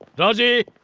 raji!